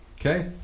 Okay